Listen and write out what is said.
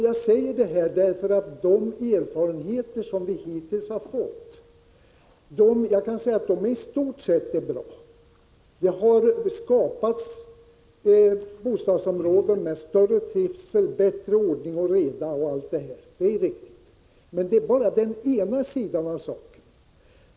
Jag säger det här därför att jag menar att de erfarenheter som vi hittills har fått i stort sett är bra. Det har skapats bostadsområden med större trivsel, med mera av ordning och reda osv. Men det är bara den ena sidan av saken.